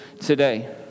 today